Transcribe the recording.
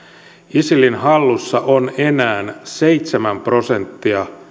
isilin hallussa on enää seitsemän prosenttia